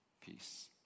peace